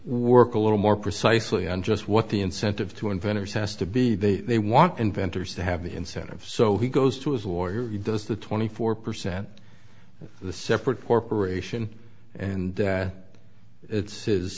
work a little more precisely on just what the incentive to inventors has to be that they want inventors to have the incentive so he goes to his lawyer does the twenty four percent of the separate corporation and it's sis